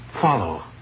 Follow